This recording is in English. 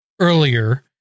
earlier